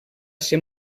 ser